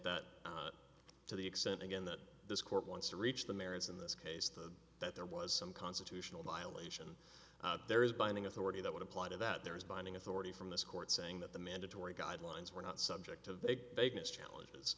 that to the extent again that this court wants to reach the merits in this case the that there was some constitutional violation there is binding authority that would apply to that there is binding authority from this court saying that the mandatory guidelines were not subject to vague vagueness challenges